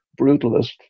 brutalist